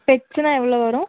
ஸ்பெக்ஸ்ஸுன்னால் எவ்வளோ வரும்